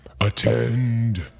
Attend